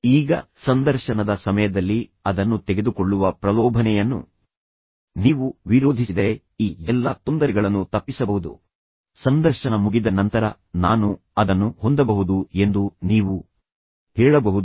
ಈಗ ಸಂದರ್ಶನದ ಸಮಯದಲ್ಲಿ ಅದನ್ನು ತೆಗೆದುಕೊಳ್ಳುವ ಪ್ರಲೋಭನೆಯನ್ನು ನೀವು ವಿರೋಧಿಸಿದರೆ ಈ ಎಲ್ಲಾ ತೊಂದರೆಗಳನ್ನು ತಪ್ಪಿಸಬಹುದು ಸಂದರ್ಶನ ಮುಗಿದ ನಂತರ ನಾನು ಅದನ್ನು ಹೊಂದಬಹುದು ಎಂದು ನೀವು ಹೇಳಬಹುದು